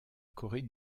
corée